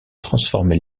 transformer